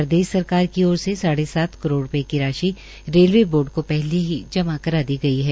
प्रदेश सरकार की ओर सात करोड़ रूपये की राशि रेलवे बोर्ड को पहले ही जमा करा दी गई है